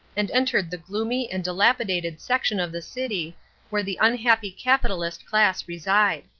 and entered the gloomy and dilapidated section of the city where the unhappy capitalist class reside.